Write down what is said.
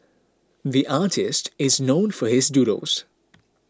the artist is known for his doodles